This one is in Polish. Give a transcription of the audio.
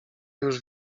już